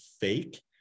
fake